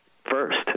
First